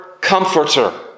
comforter